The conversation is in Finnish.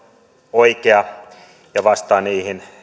oikea ja vastaa niihin